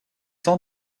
sans